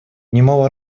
немало